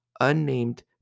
unnamed